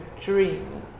dream